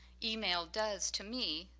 email does to me,